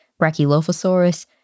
Brachylophosaurus